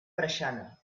preixana